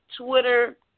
Twitter